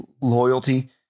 loyalty